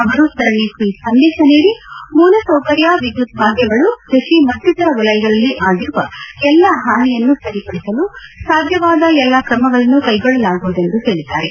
ಅವರು ಸರಣಿ ಟ್ವೀಟ್ ಸಂದೇಶ ನೀಡಿ ಮೂಲಸೌಕರ್ಯ ವಿದ್ಯುತ್ ಮಾರ್ಗಗಳು ಕೃಷಿ ಮತ್ತಿತರ ವಲಯಗಳಲ್ಲಿ ಆಗಿರುವ ಎಲ್ಲಾ ಪಾನಿಯನ್ನು ಸರಿಪಡಿಸಲು ಸಾಧ್ಯವಾದ ಎಲ್ಲಾ ಕ್ರಮಗಳನ್ನು ಕ್ಲೆಗೊಳ್ಳಲಾಗುವುದು ಎಂದು ಹೇಳಿದ್ದಾರೆ